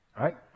Right